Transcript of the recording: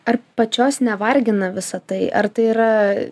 ar pačios nevargina visa tai ar tai yra